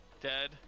dead